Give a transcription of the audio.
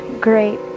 great